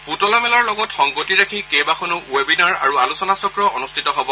পূতলা মেলাৰ লগত সংগতি ৰাখি কেইবাখনো ৱেবিনাৰ আৰু আলোচনা চক্ৰ অনুষ্ঠিত হ'ব